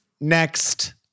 Next